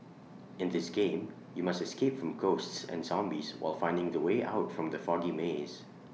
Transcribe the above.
in this game you must escape from ghosts and zombies while finding the way out from the foggy maze